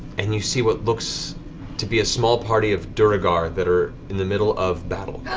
and you see what looks to be a small party of duergar that are in the middle of battle.